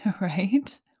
right